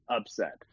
upset